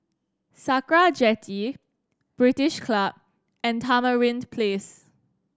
Sakra Jetty British Club and Tamarind Place